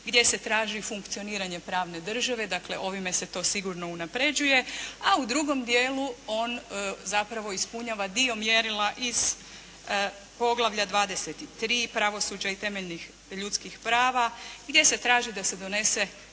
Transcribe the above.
gdje se traži funkcioniranje pravne države, dakle, ovime se to sigurno unaprjeđuje, a u drugom dijelu on zapravo ispunjava dio mjerila iz poglavlja 23. pravosuđa i temeljnih ljudskih prava gdje se traži da se donese